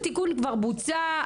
הטיפול כבר בוצע,